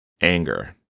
Anger